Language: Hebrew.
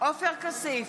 עופר כסיף,